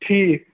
ٹھیٖک